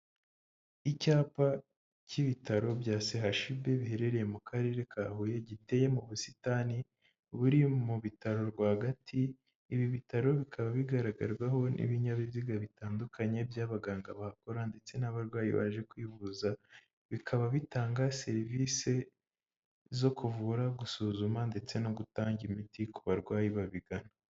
Icyapa cy'ibitaro bya CHUB biherereye mu karere ka Huye giteye mu busitani buri mu bitaro rwagati. Ibi bitaro bikaba bigaragarwaho n'ibinyabiziga bitandukanye by'abaganga bahakora ndetse n'abarwayi baje kwivuza bikaba bitanga serivisi zo kuvura gusuzuma ndetse no gutanga imiti ku barwayi babigana.